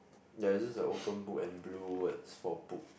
ya it's just a open book and blue words for book